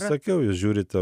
sakiau jūs žiūrite